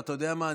ואתה יודע מה,